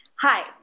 Hi